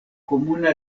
komuna